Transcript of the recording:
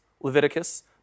Leviticus